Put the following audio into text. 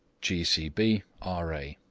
g c b, r a.